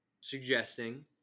suggesting